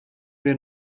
wir